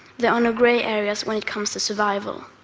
there are no gray areas when it comes to survival.